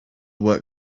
work